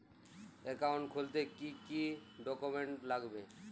Account খুলতে কি কি ডকুমেন্ট লাগবে?